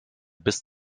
bis